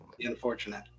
unfortunate